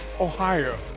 Ohio